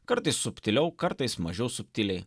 kartais subtiliau kartais mažiau subtiliai